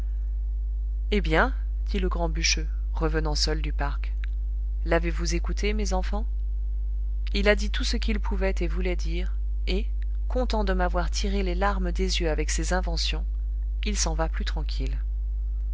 eh bien dit le grand bûcheux revenant seul du parc l'avez-vous écouté mes enfants il a dit tout ce qu'il pouvait et voulait dire et content de m'avoir tiré les larmes des yeux avec ses inventions il s'en va plus tranquille